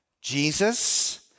Jesus